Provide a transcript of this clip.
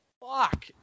fuck